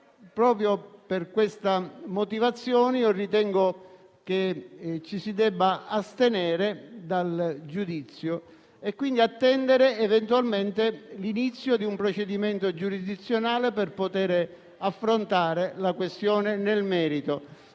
Proprio per questa motivazione, ritengo che ci si debba astenere dal giudizio e, quindi, attendere eventualmente l'inizio di un procedimento giurisdizionale per poter affrontare la questione nel merito.